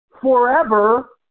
forever